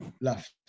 left